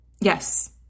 Yes